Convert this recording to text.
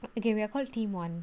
okay we are called team one